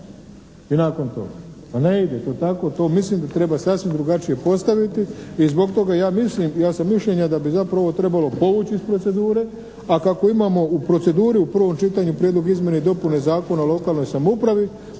I nakon toga. Pa ne ide to tako, to mislim da treba sasvim drugačije postaviti i zbog toga ja mislim, ja sam mišljenja da bi zapravo ovo trebalo povući iz procedure, a kako imamo u proceduri u prvom čitanju Prijedlog izmjene i dopune Zakona o lokalnoj samoupravi